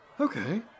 Okay